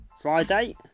Friday